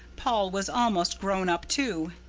paul was almost grown up, too.